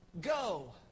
Go